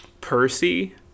Percy